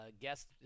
guest